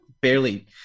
barely